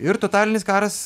ir totalinis karas